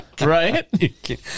Right